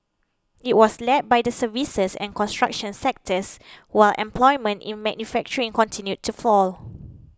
it was led by the services and construction sectors while employment in manufacturing continued to fall